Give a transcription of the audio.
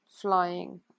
flying